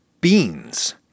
Beans